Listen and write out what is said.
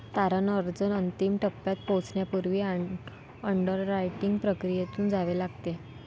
तारण अर्ज अंतिम टप्प्यात पोहोचण्यापूर्वी अंडररायटिंग प्रक्रियेतून जावे लागते